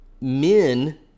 men